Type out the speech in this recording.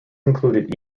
included